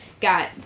Got